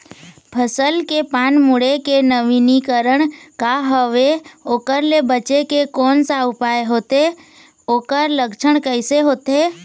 फसल के पान मुड़े के नवीनीकरण का हवे ओकर ले बचे के कोन सा उपाय होथे ओकर लक्षण कैसे होथे?